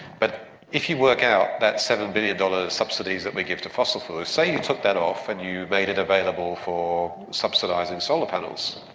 but if you work out that seven billion dollars subsidies that we give to fossil fuels, say you took that off and you made it available for subsidising solar panels,